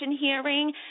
hearing